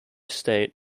state